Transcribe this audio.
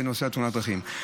בנושא תאונות הדרכים.